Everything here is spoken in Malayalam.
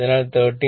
അതിനാൽ 13